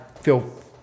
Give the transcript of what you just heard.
feel